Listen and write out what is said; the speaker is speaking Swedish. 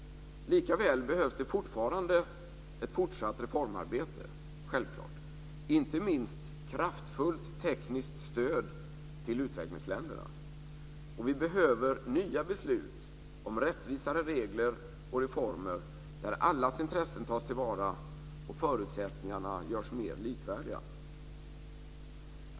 Likaväl behövs det fortfarande ett fortsatt reformarbete, självklart, inte minst kraftfullt tekniskt stöd till utvecklingsländerna. Vi behöver nya beslut om rättvisare regler och reformer där allas intressen tas till vara och förutsättningarna görs mer likvärdiga.